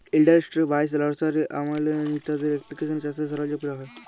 industry বাইশ, nursery লাইভ, Amazon ইত্যাদি এপ্লিকেশলে চাষের সরল্জাম কিলা যায়